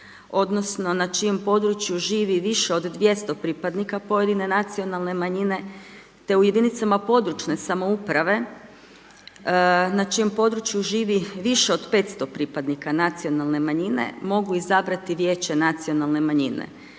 odnosno na čijem području živi više od 200 pripadnika pojedine nacionalne manjine te u jedinicama područne samouprave na čijem području živi više od 500 pripadnika nacionalne manjine, mogu izabrati vijeće nacionalna manjine.